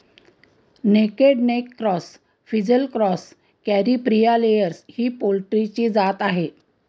naked neck cross, frizzle cross, Caripriya layers ही पोल्ट्रीची जात आहे